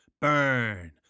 burn